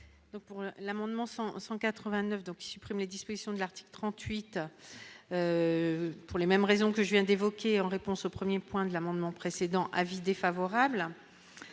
pour l'amendement 100 ans 189 donc ils prennent les dispositions de l'article 38 pour les mêmes raisons que je viens d'évoquer en réponse au 1er point de l'amendement précédents avis défavorable.